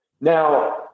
now